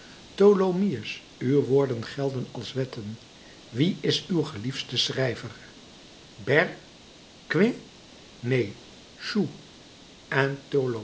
tholomyès uw woorden gelden als wetten wie is uw geliefdste schrijver